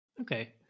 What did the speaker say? Okay